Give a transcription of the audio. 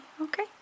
Okay